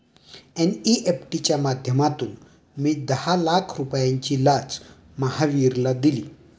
NEFT च्या माध्यमातून मी दहा लाख रुपयांची लाच महावीरला दिली